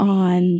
on